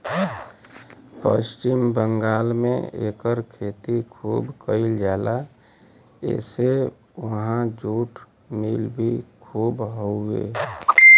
पश्चिम बंगाल में एकर खेती खूब कइल जाला एसे उहाँ जुट मिल भी खूब हउवे